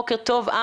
בוקר טוב.